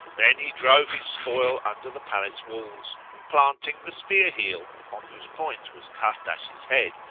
then he drove his spoil under the palace walls and, planting the spear heel, on whose point was kahrdash's head,